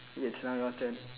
it's now your turn